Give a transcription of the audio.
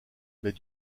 mais